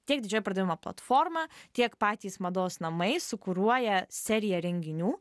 tiek didžioji pardavimo platforma tiek patys mados namai sukuruoja seriją renginių